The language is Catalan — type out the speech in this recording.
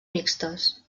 mixtes